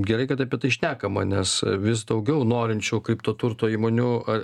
gerai kad apie tai šnekama nes vis daugiau norinčių kripto turto įmonių ar